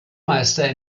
meister